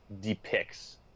depicts